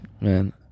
Man